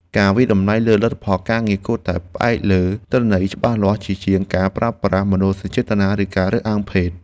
ការវាយតម្លៃលើលទ្ធផលការងារគួរតែផ្អែកលើទិន្នន័យច្បាស់លាស់ជាជាងការប្រើប្រាស់មនោសញ្ចេតនា ឬការរើសអើងភេទ។